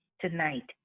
tonight